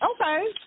okay